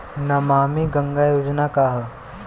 नमामि गंगा योजना का ह?